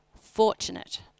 fortunate